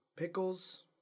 Pickles